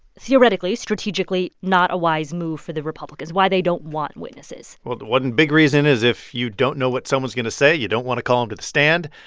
theoretically, strategically not a wise move for the republicans, why they don't want witnesses well, one big reason is if you don't know what someone's going to say, you don't want to call them to the stand.